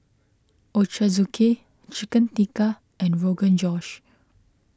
Ochazuke Chicken Tikka and Rogan Josh